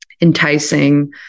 enticing